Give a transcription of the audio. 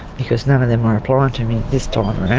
because none of them are applying to me this time around.